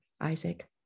Isaac